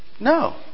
No